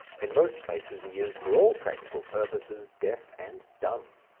in most places he is for all practical purposes deaf and dumb.